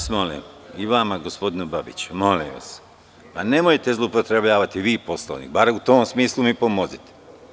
Molim vas, i vas gospodine Babiću, nemojte vi zloupotrebljavati Poslovnik, bar u tom smislu mi pomozite.